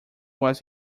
was